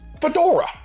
fedora